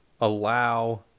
allow